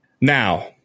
now